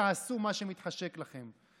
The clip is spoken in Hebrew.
תעשו מה שמתחשק לכם.